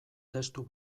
testu